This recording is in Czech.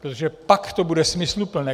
Protože pak to bude smysluplné.